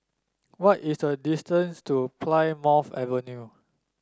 what is the distance to Plymouth Avenue